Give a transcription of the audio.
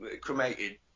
cremated